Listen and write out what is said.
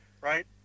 right